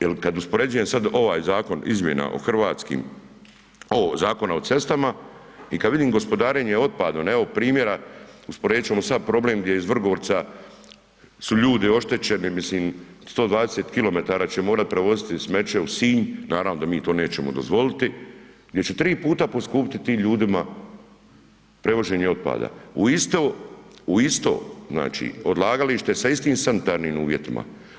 Jel kad uspoređujem sad ovaj zakon izmjena o hrvatskim o Zakona o cestama i kad vidim gospodarenje otpadom, evo primjera usporedit ćemo sad problem gdje iz Vrgorca su ljudi oštećeni mislim 120 km će morati prevoziti smeće u Sinj, naravno da mi to nećemo dozvoliti, gdje će 3 puta poskupiti tim ljudima prevoženje otpada, u isto, u isto znači odlagalište sa istim sanitarnim uvjetima.